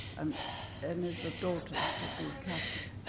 and any of the daughters should be catholic.